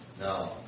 no